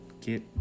get